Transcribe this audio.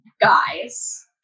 guys